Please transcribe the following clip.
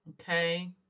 okay